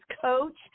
coach